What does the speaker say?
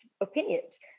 opinions